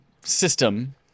system